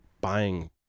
buying